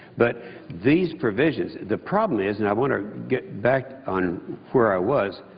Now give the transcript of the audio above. but these provisions, the problem is and i want to get back on where i was,